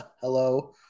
Hello